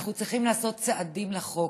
ואנחנו צריכים לעשות צעדים לחוק.